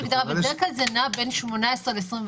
בדרך כלל זה נע בין 18 ל-21.